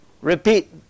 repeat